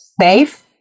safe